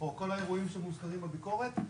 או כל האירועים שמוזכרים בביקורת,